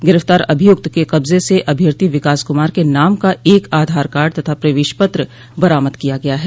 गिरफ्तार अभियुक्त के कब्ज से अभ्यर्थी विकास कुमार के नाम का एक अद्द आधार कार्ड तथा प्रवेश पत्र बरामद किया गया है